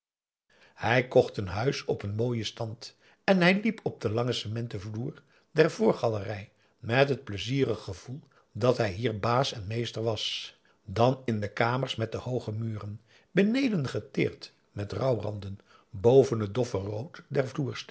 hij kocht een huis op een mooien stand en hij liep op den langen cementvloer der voorgalerij met het pleizierig gevoel dat hij hier baas en meester was dan in de kamers met de hooge muren beneden geteerd met rouwranden boven het doffe rood